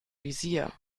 visier